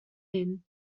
inn